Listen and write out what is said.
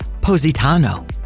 Positano